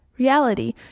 Reality